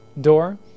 door